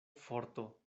forto